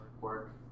work